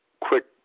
quick